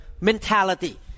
mentality